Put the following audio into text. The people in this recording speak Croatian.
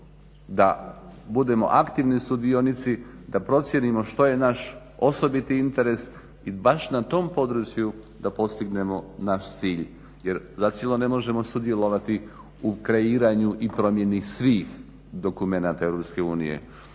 da budemo aktivni sudionici, da procijenimo što je naš osobiti interes i baš na tom području da postignemo naš cilj. Jer zacijelo ne možemo sudjelovati u kreiranju i promjeni svih dokumenata